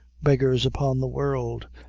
beggars upon the world,